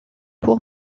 pour